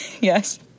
Yes